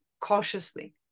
cautiously